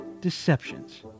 deceptions